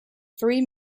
three